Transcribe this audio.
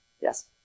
Yes